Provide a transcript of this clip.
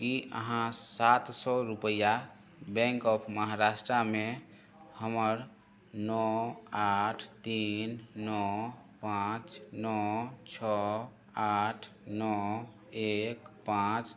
कि अहाँ सात सओ रुपैआ बैँक ऑफ महाराष्ट्रामे हमर नओ आठ तीन नओ पाँच नओ छओ आठ नओ एक पाँच